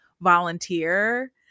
volunteer